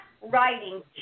writing